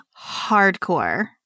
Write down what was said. hardcore